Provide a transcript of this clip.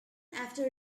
after